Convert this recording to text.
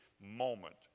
moment